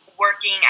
working